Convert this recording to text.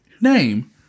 name